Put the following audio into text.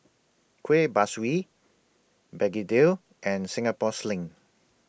Kueh Kaswi Begedil and Singapore Sling